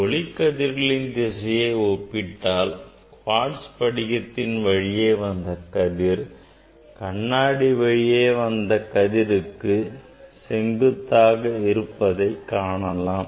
ஒளிக்கதிரின் திசையை ஒப்பிட்டால் குவாட்ஸ் படிகத்தின் வழியே வந்த கதிர் கண்ணாடி வழியே வந்த கதிருக்கு செங்குத்தாக இருப்பதைக் காணலாம்